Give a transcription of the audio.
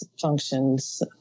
functions